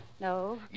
no